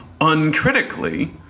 uncritically